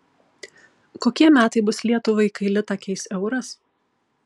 kokie metai bus lietuvai kai litą keis euras